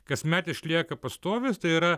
kasmet išlieka pastovus tai yra